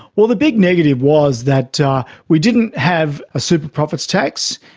well, the big negative was that ah we didn't have a super profits tax,